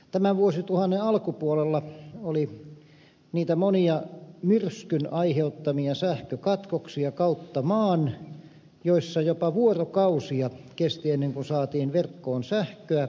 tämän vuosituhannen alkupuolella oli niitä monia myrskyn aiheuttamia sähkökatkoksia kautta maan joissa jopa vuorokausia kesti ennen kuin saatiin verkkoon sähköä